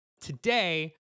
today